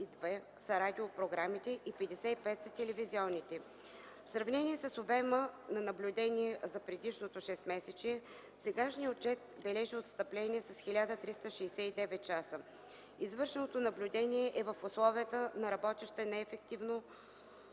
са радиопрограмите и 55 са телевизионните. В сравнение с обема на наблюдение за предишното шестмесечие сегашният отчет бележи отстъпление с 1369 часа. Извършеното наблюдение е в условията на работеща недостатъчно